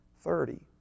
thirty